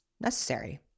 necessary